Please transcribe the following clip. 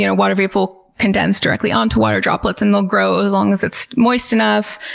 you know water vapor will condense directly onto water droplets, and they'll grow as long as it's moist enough.